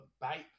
bite